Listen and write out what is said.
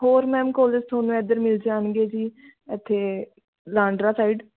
ਹੋਰ ma'am college ਤੁਹਾਨੂੰ ਇੱਧਰ ਮਿਲ ਜਾਣਗੇ ਜੀ ਇੱਥੇ ਲਾਂਡਰਾਂ ਸਾਈਡ